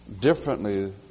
differently